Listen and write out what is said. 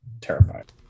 terrified